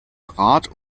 rad